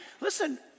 Listen